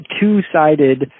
two-sided